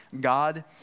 God